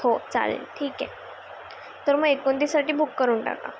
हो चालेल ठीके तर मं एकोनतीससाठी बुक करून टाका